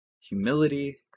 Humility